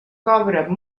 cobren